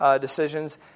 decisions